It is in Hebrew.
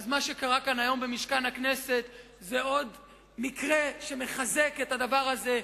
מה שקרה כאן היום במשכן הכנסת זה עוד מקרה שמחזק את הדבר הזה.